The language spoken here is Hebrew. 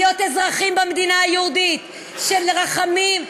להיות אזרחים במדינה יהודית של רחמים,